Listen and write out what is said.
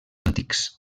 antics